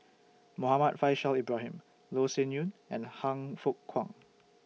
Muhammad Faishal Ibrahim Loh Sin Yun and Han Fook Kwang